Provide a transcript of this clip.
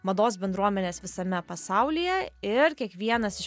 mados bendruomenes visame pasaulyje ir kiekvienas iš